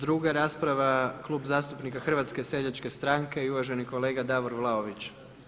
Druga rasprava Klub zastupnika HSS-a i uvaženi kolega Davor Vlaović.